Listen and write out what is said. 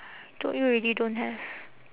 told you already don't have